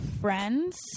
friends